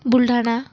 Buldhana